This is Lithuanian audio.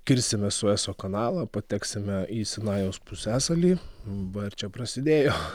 kirsime sueco kanalą pateksime į sinajaus pusiasalį va ir čia prasidėjo